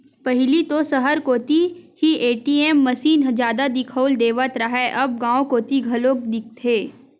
पहिली तो सहर कोती ही ए.टी.एम मसीन जादा दिखउल देवत रहय अब गांव कोती घलोक दिखथे